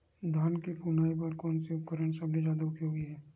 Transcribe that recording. धान के फुनाई बर कोन से उपकरण सबले जादा उपयोगी हे?